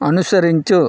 అనుసరించు